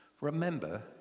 Remember